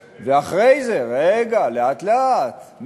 175. רגע, לאט-לאט.